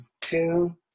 two